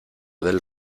del